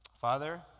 Father